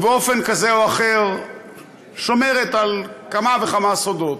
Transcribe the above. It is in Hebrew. ובאופן כזה או אחר שומרת על כמה וכמה סודות.